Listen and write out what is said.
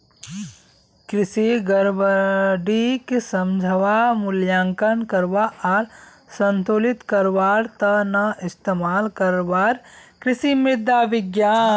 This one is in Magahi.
कृषि गड़बड़ीक समझवा, मूल्यांकन करवा आर संतुलित करवार त न इस्तमाल करवार कृषि मृदा विज्ञान